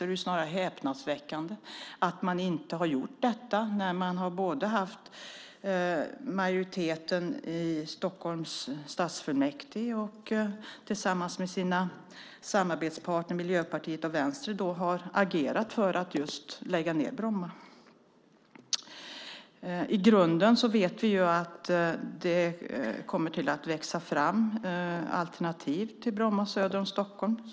Det är snarare häpnadsväckande att man inte har gjort detta när man har haft majoriteten i Stockholms stadsfullmäktige och tillsammans med sina samarbetspartner Miljöpartiet och Vänstern har agerat för att just lägga ned Bromma. I grunden vet vi att det kommer att växa fram alternativ till Bromma söder om Stockholm.